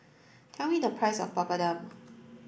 tell me the price of Papadum